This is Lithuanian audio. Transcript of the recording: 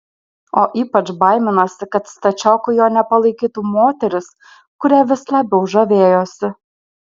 o ypač baiminosi kad stačioku jo nepalaikytų moteris kuria vis labiau žavėjosi